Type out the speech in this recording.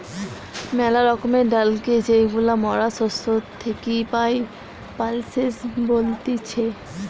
মেলা রকমের ডালকে যেইগুলা মরা শস্য থেকি পাই, পালসেস বলতিছে